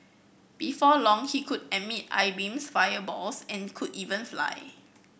before long he could emit eye beams fireballs and could even fly